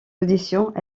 auditions